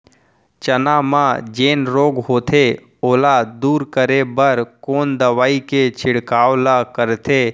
चना म जेन रोग होथे ओला दूर करे बर कोन दवई के छिड़काव ल करथे?